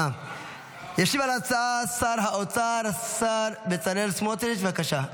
ישיב על ההצעה שר האוצר השר בצלאל סמוטריץ, בבקשה.